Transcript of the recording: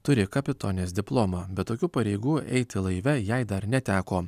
turi kapitonės diplomą bet tokių pareigų eiti laive jai dar neteko